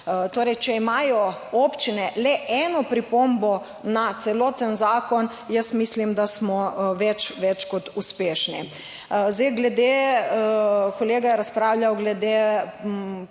če imajo občine le eno pripombo na celoten zakon, jaz mislim, da smo več, več kot uspešni.